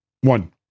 One